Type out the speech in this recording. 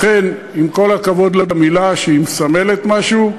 לכן, עם כל הכבוד למילה, שהיא מסמלת משהו,